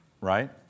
right